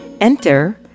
Enter